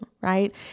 right